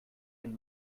ein